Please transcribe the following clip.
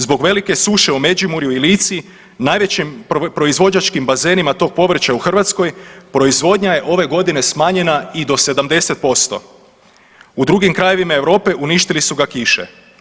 Zbog velike suše u Međimurju i Lici najvećim proizvođačkim bazenima tog povrća u Hrvatskoj proizvodnja je ove godine smanjena i do 70% u drugim krajevima Europe uništili su ga kiše.